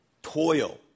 Toil